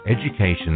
education